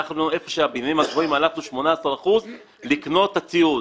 הלכנו איפה שהבניינים הגבוהים 18% לקנות את הציוד.